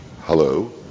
Hello